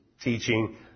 teaching